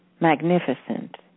magnificent